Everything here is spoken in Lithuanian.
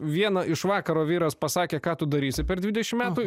viena iš vakaro vyras pasakė ką tu darysi per dvidešimt metų